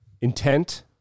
intent